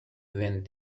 when